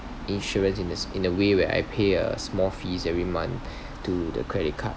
insurance in this in a way where I pay a small fee every month to the credit card